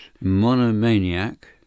monomaniac